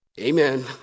Amen